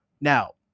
Now